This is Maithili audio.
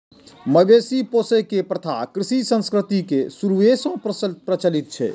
मवेशी पोसै के प्रथा कृषि संस्कृति के शुरूए सं प्रचलित छै